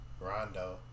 Rondo